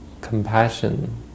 compassion